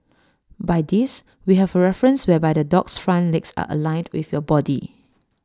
by this we have A reference whereby the dog's front legs are aligned with your body